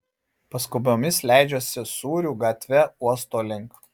paskubomis leidžiuosi sūrių gatve uosto link